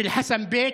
של חסן בק.